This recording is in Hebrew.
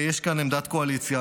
יש כאן עמדת קואליציה.